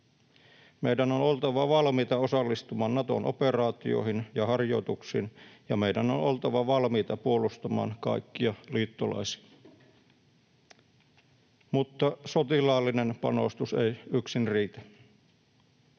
Meidän on oltava valmiita osallistumaan Naton operaatioihin ja harjoituksiin, ja meidän on oltava valmiita puolustamaan kaikkia liittolaisia. Mutta sotilaallinen panostus ei yksin riitä.